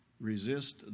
Resist